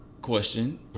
question